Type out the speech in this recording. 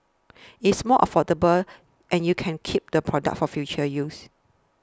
it's more affordable and you can keep the products for future use